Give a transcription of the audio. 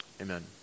Amen